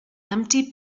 empty